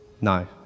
No